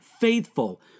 faithful